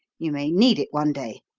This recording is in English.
you may need it one day.